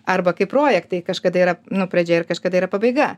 arba kai projektai kažkada yra nu pradžia ir kažkada yra pabaiga